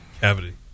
cavity